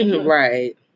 Right